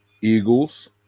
Eagles